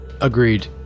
Agreed